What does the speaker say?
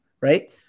right